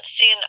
seen